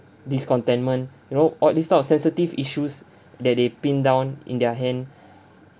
discontentment you know all this type of sensitive issues that they pin down in their hand